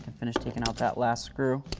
finish taking out that last screw.